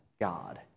God